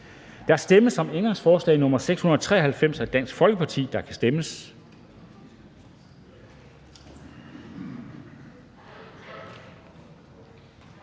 Der stemmes om ændringsforslag nr. 690 af DF, og der kan stemmes.